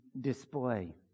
display